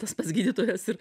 tas pats gydytojas ir